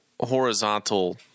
horizontal